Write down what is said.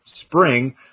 spring